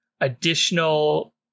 additional